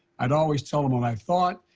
i would always tell him what i thought,